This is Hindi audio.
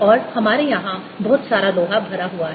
और हमारे यहाँ बहुत सारा लोहा भरा हुआ है